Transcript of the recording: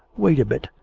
wait a bit,